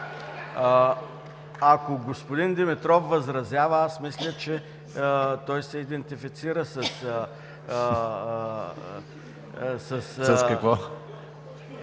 Ако господин Димитров възразява, аз мисля, че той се идентифицира с…